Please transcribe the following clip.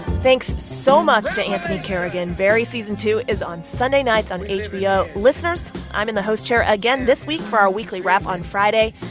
thanks so much to anthony carrigan. barry season two is on sunday nights on hbo. listeners, i'm in the host chair again this week for our weekly wrap on friday.